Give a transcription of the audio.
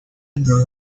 ndara